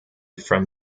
from